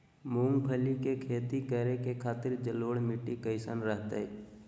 मूंगफली के खेती करें के खातिर जलोढ़ मिट्टी कईसन रहतय?